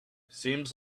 seems